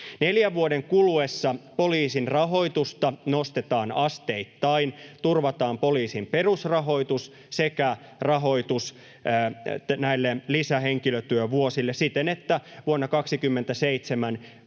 Neljän vuoden kuluessa poliisin rahoitusta nostetaan asteittain, turvataan poliisin perusrahoitus sekä rahoitus näille lisähenkilötyövuosille siten, että vuonna 27